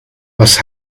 was